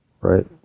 right